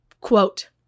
Quote